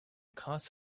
costs